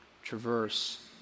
Traverse